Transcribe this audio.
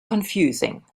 confusing